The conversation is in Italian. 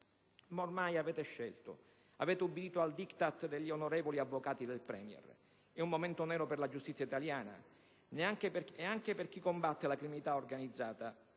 Ma ormai avete scelto, avete obbedito al *diktat* degli onorevoli avvocati del Premier. È un momento nero per la giustizia italiana e anche per chi combatte la criminalità organizzata